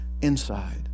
inside